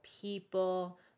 people